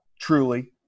truly